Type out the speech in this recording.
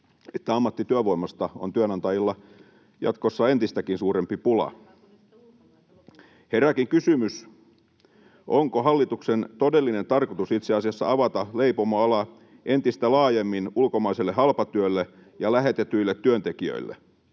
että ammattityövoimasta on työnantajilla jatkossa entistäkin suurempi pula. [Suna Kymäläisen välihuuto] Herääkin kysymys, onko hallituksen todellinen tarkoitus itse asiassa avata leipomoala entistä laajemmin ulkomaiselle halpatyölle ja lähetetyille työntekijöille.